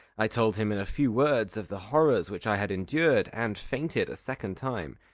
i told him in a few words of the horrors which i had endured, and fainted a second time.